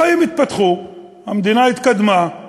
החיים התפתחו, המדינה התקדמה,